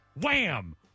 wham